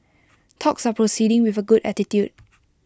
talks are proceeding with A good attitude